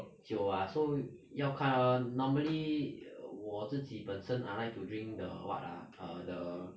酒 ah so 要看 lor normally err 我自己本身 I like to drink the what ah the